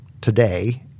today